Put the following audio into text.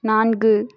நான்கு